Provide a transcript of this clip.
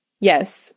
Yes